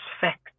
fact